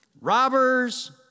robbers